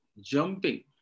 jumping